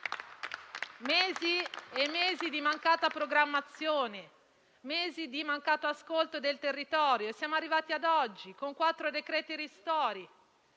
mesi e mesi di mancata programmazione e di mancato ascolto del territorio, siamo arrivati ad oggi, con quattro decreti ristori.